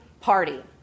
Party